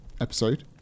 episode